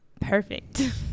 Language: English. perfect